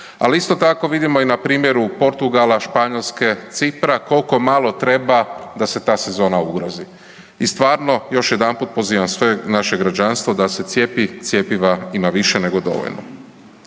Ali isto tako vidimo i na primjeru Portugala, Španjolske, Cipra, kolko malo treba da se ta sezona ugrozi. I stvarno još jedanput pozivam sve naše građanstvo da se cijepi, cjepiva ima više nego dovoljno.